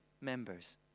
members